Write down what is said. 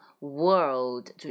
world